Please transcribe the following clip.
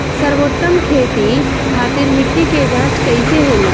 सर्वोत्तम खेती खातिर मिट्टी के जाँच कइसे होला?